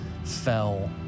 fell